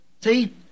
See